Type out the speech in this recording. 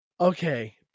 Okay